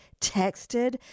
texted